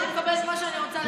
אני מקבלת מה שאני רוצה.